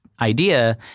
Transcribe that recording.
idea